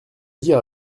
dire